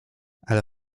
ale